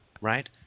right